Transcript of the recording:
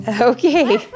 Okay